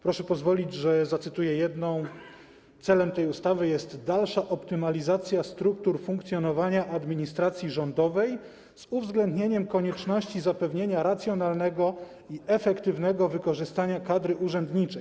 Proszę pozwolić, że zacytuję jedną: Celem tej ustawy jest dalsza optymalizacja struktur funkcjonowania administracji rządowej, z uwzględnieniem konieczności zapewnienia racjonalnego i efektywnego wykorzystania kadry urzędniczej.